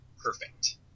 perfect